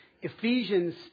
Ephesians